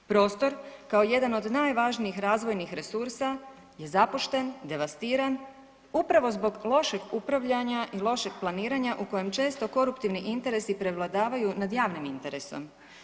Prostor kao jedan od najvažnijih razvojnih resursa je zapušten, devastiran upravo zbog lošeg upravljanja i lošeg planiranja u kojem često koruptivni interesi prevladavaju nad javnim interesom.